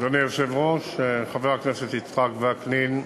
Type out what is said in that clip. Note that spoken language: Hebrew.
אדוני היושב-ראש, חבר הכנסת יצחק וקנין,